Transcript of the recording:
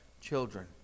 children